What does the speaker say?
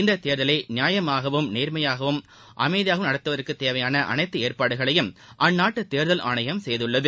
இத்தேர்தலை நியாயமாகவும் நேர்மையாகவும் அமைதியாகவும் நடத்துவதற்கு தேவையான அனைத்து ஏற்பாடுகளையும் அந்நாட்டு தேர்தல் ஆணையம் செய்துள்ளது